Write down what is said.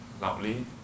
Loudly